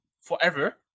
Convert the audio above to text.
forever